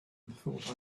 thought